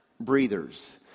breathers